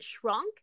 Shrunk